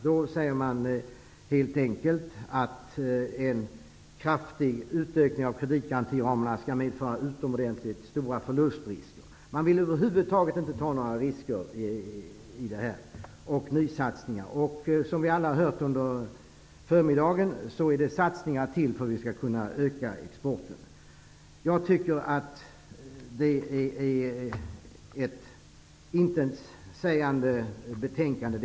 Man sade helt enkelt att en kraftig utökning av kreditgarantiramarna skulle medföra utomordentligt stora förlustrisker. Man ville över huvud taget inte ta några risker i detta eller göra några nysatsningar. Som vi alla hört under förmiddagen måste det satsningar till för att vi skall kunna öka exporten. Jag tycker att detta är ett intetsägande betänkande.